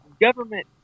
government